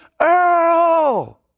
Earl